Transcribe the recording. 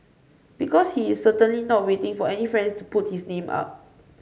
because he is certainly not waiting for any friends to put his name up